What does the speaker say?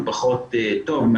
פחות טוב.